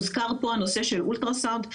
הוזכר פה הנושא של אולטרסאונד.